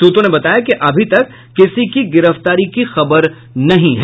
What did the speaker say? सूत्रों ने बताया कि अभी तक किसी की गिरफ्तारी की खबर नहीं है